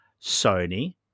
Sony